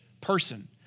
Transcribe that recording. person